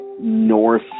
north